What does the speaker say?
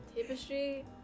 tapestry